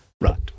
Right